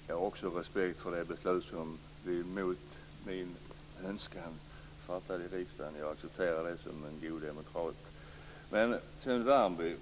Fru talman! Jag har också respekt för det beslut som vi mot min önskan fattade i riksdagen. Som en god demokrat accepterar jag det. Men Lennart Värmby